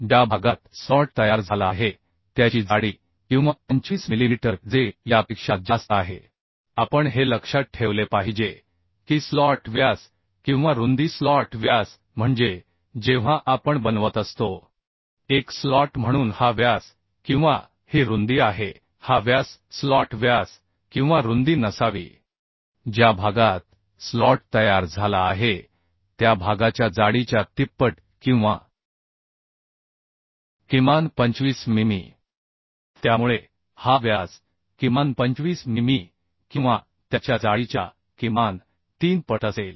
ज्या भागात स्लॉट तयार झाला आहे त्याची जाडी किंवा 25 मिलीमीटर जे यापेक्षा जास्त आहे आपण हे लक्षात ठेवले पाहिजे की स्लॉट व्यास किंवा रुंदी स्लॉट व्यास म्हणजे जेव्हा आपण एक स्लॉट बनवत असतो तर हा व्यास किंवा ही रुंदी आहे हा व्यास स्लॉट व्यास किंवा रुंदी नसावी ज्या भागात स्लॉट तयार झाला आहे त्या भागाच्या जाडीच्या तिप्पट किंवा किमान 25 मिमी त्यामुळे हा व्यास किमान 25 मिमी किंवा त्याच्या जाडीच्या किमान तीन पट असेल